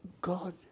God